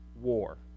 war